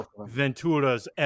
ventura's